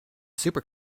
super